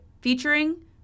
featuring